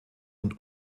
und